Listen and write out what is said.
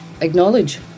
acknowledge